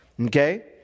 Okay